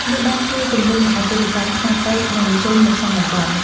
នេះបានជួយជំរុញអាជីវកម្មខ្នាតតូច និងមធ្យមនៅក្នុងតំបន់។